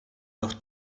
los